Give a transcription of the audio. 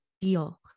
deal